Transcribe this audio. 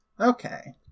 Okay